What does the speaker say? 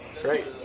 Great